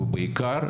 ובעיקר,